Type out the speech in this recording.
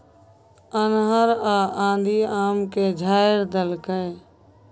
अन्हर आ आंधी आम के झाईर देलकैय?